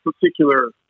particular